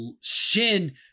shin